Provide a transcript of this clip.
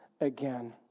again